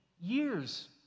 years